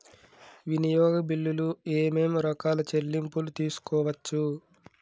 వినియోగ బిల్లులు ఏమేం రకాల చెల్లింపులు తీసుకోవచ్చు?